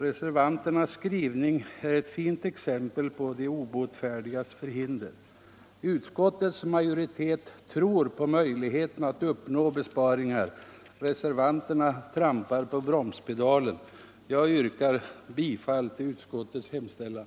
Reservanternas skrivning är ett fint exempel på de obotfärdigas förhinder. Utskottets majoritet tror på möjligheten att uppnå besparingar, men reservanterna trampar på bromspedalen. Herr talman! Jag yrkar bifall till utskottets hemställan.